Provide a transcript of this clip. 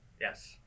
Yes